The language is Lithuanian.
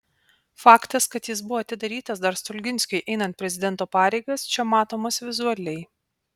faktas kad jis buvo atidarytas dar stulginskiui einant prezidento pareigas čia matomas vizualiai